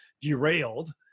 derailed